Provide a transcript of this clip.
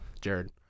Jared